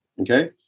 Okay